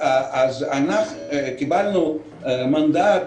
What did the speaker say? קיבלנו מנדט